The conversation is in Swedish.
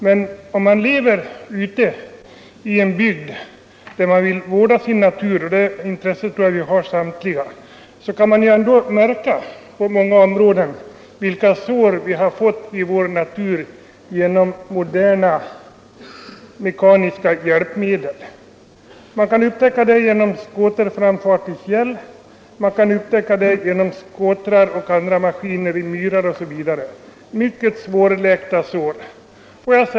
Men om man lever i en bygd där man vill vårda naturen — och det intresset bör vi samtliga ha — kan man märka vilka sår vi har fått i vår natur genom moderna mekaniska hjälpmedel. Det är fråga om skoterframfart i fjäll, vad användande av skotrar och andra maskiner åstadkommit i myrar osv. Det är mycket svårläkta sår.